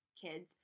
kids